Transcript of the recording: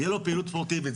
תהיה לו פעילות ספורטיבית.